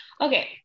Okay